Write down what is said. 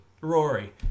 Rory